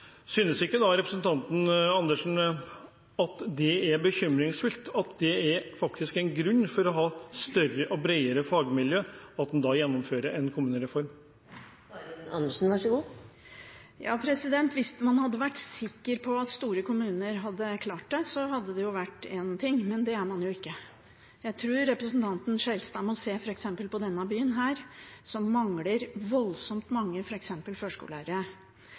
Synes ikke representanten Andersen at det er bekymringsfullt, og at det er en grunn til å ha et større og bredere fagmiljø ved at en gjennomfører en kommunereform? Hvis man hadde vært sikker på at store kommuner hadde klart det, hadde det vært én ting, men det er man jo ikke. Jeg tror representanten Skjelstad f.eks. må se på denne byen, som mangler bl.a. voldsomt mange